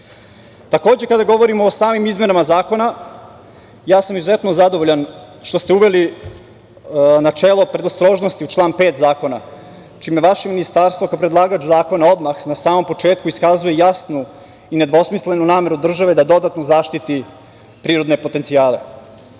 govorio. Takođe, kada govorimo o samim izmenama Zakona, ja sam izuzetno zadovoljan što ste uveli načelo predostrožnosti, član 5. Zakona, čime vaše ministarstvo, kao predlagač zakona, odmah na samom početku iskazuje jasnu i nedvosmislenu nameru države da dodatno zaštiti prirodne potencijale. Takođe